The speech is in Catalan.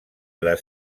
les